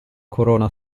corona